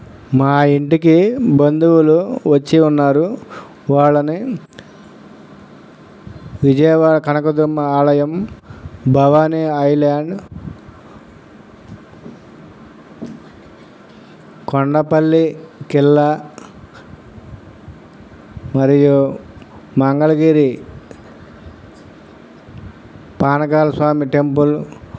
మా ఇంటికి బంధువులు వచ్చి ఉన్నారు వాళ్ళని విజయవాడ కనకదుర్గమ్మ ఆలయం భవాని ఐల్యాండ్ కొండపల్లి ఖిల్లా మరియు మంగళగిరి పానకాల స్వామి టెంపుల్